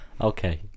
Okay